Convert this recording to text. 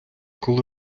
коли